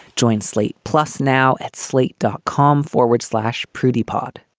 joint slate plus now at slate dot com forward slash prudie pot